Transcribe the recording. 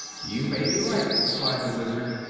you may be right, replied the wizard,